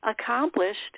accomplished